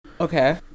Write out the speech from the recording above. okay